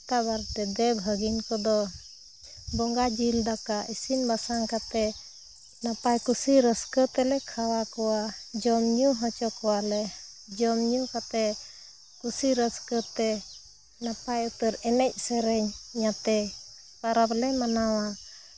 ᱱᱮᱣᱛᱟᱼᱵᱟᱨᱛᱮ ᱫᱮᱣᱼᱵᱷᱟᱹᱜᱤᱱ ᱠᱚᱫᱚ ᱵᱚᱸᱜᱟᱼᱡᱤᱞ ᱫᱟᱠᱟ ᱤᱥᱤᱱᱼᱵᱟᱥᱟᱝ ᱠᱟᱛᱮ ᱱᱟᱯᱟᱭ ᱠᱩᱥᱤᱼᱨᱟᱹᱥᱠᱟᱹ ᱛᱮᱞᱮ ᱠᱷᱟᱣᱟᱣ ᱠᱚᱣᱟ ᱡᱚᱢᱼᱧᱩ ᱦᱚᱪᱚ ᱠᱚᱣᱟᱞᱮ ᱡᱚᱢᱼᱧᱩ ᱠᱟᱛᱮ ᱠᱩᱥᱤ ᱨᱟᱹᱥᱠᱟᱹ ᱛᱮ ᱱᱟᱯᱟᱭ ᱩᱛᱟᱹᱨ ᱮᱱᱮᱡᱽᱼᱥᱮᱨᱮᱧ ᱟᱛᱮ ᱯᱚᱨᱚᱵᱽ ᱞᱮ ᱢᱟᱱᱟᱣᱟ